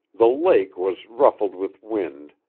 the lake was ruffled with wind,